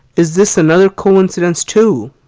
is this another coincidence too?